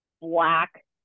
black